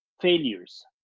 failures